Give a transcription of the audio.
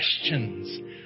questions—